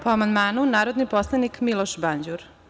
Po amandmanu reč ima narodni poslanik Miloš Banđur.